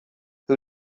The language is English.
who